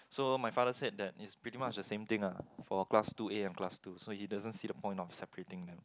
so my father said that it's pretty much the same thing ah for class two A and class two so he doesn't see the point of separating them